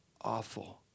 awful